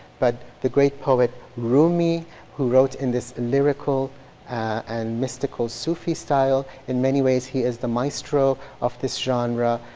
but, the great poet, rumi who wrote in this lyrical and mystical sufi style. in many ways he is the maestro of this genre.